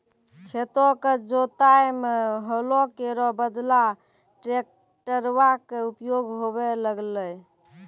खेतो क जोतै म हलो केरो बदला ट्रेक्टरवा कॅ उपयोग होबे लगलै